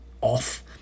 off